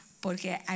porque